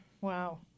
Wow